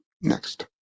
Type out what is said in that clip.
next